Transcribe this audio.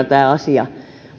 tämä asia